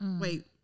Wait